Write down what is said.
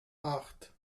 acht